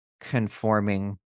conforming